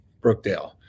Brookdale